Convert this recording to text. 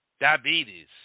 diabetes